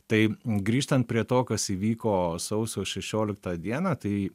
tai grįžtant prie to kas įvyko sausio šešioliktą dieną tai